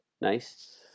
Nice